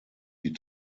die